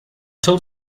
told